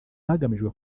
hagamijwe